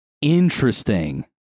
Interesting